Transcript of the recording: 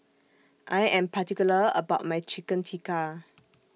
I Am particular about My Chicken Tikka